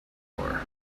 floor